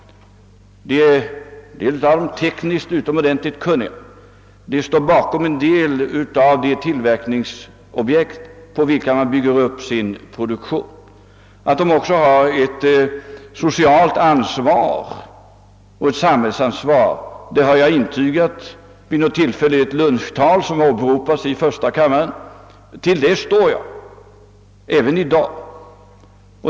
De är tekniskt utomordentligt kunniga och står bakom en del av de tillverkningsobjekt på vilka företaget bygger upp sin produktion. Att de också känner ett socialt ansvar och ett samhällsansvar har jag intygat vid något tillfälle i ett lunchtal, som har åberopats i första kammaren. För det omdömet står jag även i dag.